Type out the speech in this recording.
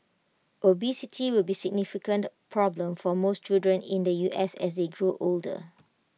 obesity will be A significant problem for most children in the U S as they draw older